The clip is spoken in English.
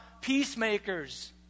peacemakers